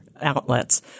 outlets